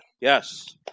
Yes